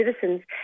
citizens